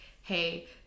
hey